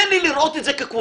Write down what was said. תן לי לראות את זה כקוריוז.